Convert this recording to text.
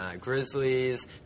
Grizzlies